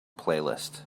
playlist